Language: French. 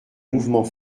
mouvement